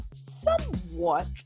somewhat